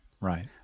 Right